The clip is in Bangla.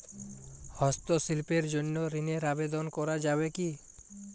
হস্তশিল্পের জন্য ঋনের আবেদন করা যাবে কি?